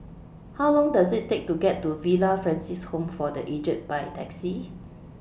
How Long Does IT Take to get to Villa Francis Home For The Aged By Taxi